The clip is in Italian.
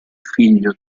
figlio